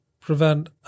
prevent